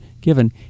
given